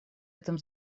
этом